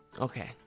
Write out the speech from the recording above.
okay